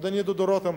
אדוני דודו רותם,